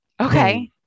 Okay